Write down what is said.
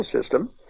system